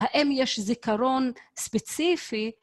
האם יש זיכרון ספציפי?